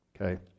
Okay